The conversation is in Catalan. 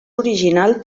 original